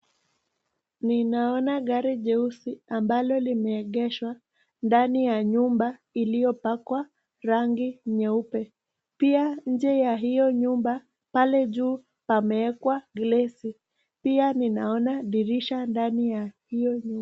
Ninaona gari jeusi ambalo limeegeshwa ndani ya nyumba iliyopakwa rangi nyeupe. Pia nje ya hiyo nyumba pale juu imewekwa glesi. Pia ninaona dirisha ndani ya hilo nyumba.